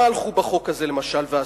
מה הלכו בחוק הזה למשל ועשו?